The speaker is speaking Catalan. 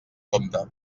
compte